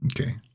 okay